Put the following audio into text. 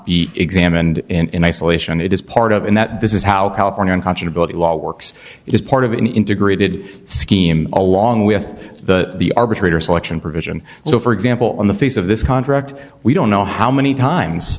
be examined in isolation it is part of and that this is how california unconscionably law works it is part of an integrated scheme along with the the arbitrator selection provision so for example on the face of this contract we don't know how many times